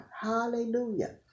Hallelujah